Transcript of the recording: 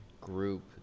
group